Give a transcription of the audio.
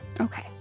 Okay